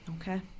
Okay